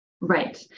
Right